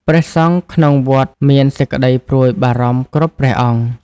ព្រះសង្ឃក្នុងវត្តមានសេចក្តីព្រួយបារម្ភគ្រប់ព្រះអង្គ។